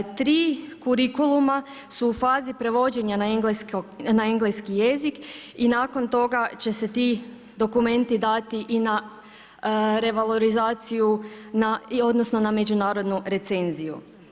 Tri kurikuluma su u fazi prevođenja na engleski jezik i nakon toga će se ti dokumenti dati i na revalorizaciju, odnosno na međunarodnu recenziju.